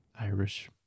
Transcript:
Irish